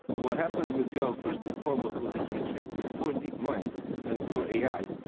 what happened with go, first and foremost, was a huge victory for deep mind and for a i,